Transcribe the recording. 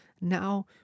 Now